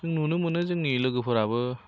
जों नुनो मोनो जोंनि लोगोफोराबो